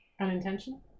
Unintentional